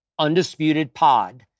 UndisputedPod